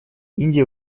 индия